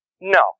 No